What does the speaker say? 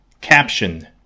caption